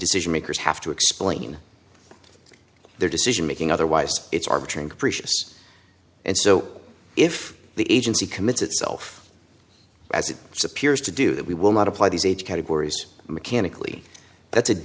decision makers have to explain their decision making otherwise it's arbitrary capricious and so if the agency commits itself as it appears to do that we will not apply these age categories mechanically that's a